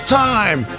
time